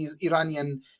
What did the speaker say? Iranian